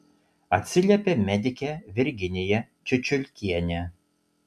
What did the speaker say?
atsiliepė medikė virginija čiučiulkienė